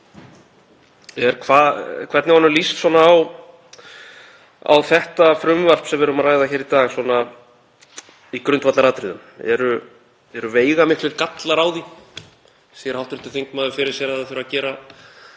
hvernig honum líst á frumvarpið sem við erum að ræða hér í dag, svona í grundvallaratriðum. Eru veigamiklir gallar á því? Sér hv. þingmaður fyrir sér að það þurfi að gera